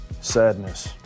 sadness